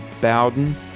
Bowden